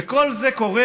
וכל זה קורה